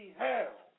hell